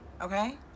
okay